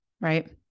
right